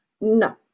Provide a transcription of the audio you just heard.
No